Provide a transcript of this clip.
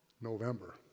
November